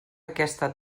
aquesta